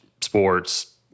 sports